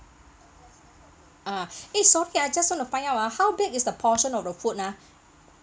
uh eh sorry I just wanna find out ah how big is the portion of the food nah